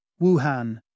Wuhan